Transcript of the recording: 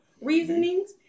reasonings